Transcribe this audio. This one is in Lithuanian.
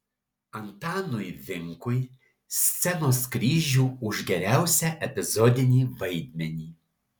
antanui vinkui scenos kryžių už geriausią epizodinį vaidmenį